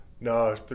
No